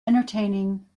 entertaining